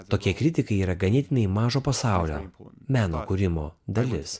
tokie kritikai yra ganėtinai mažo pasaulio meno kūrimo dalis